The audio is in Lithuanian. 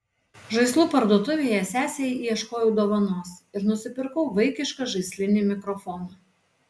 žaislų parduotuvėje sesei ieškojau dovanos ir nusipirkau vaikišką žaislinį mikrofoną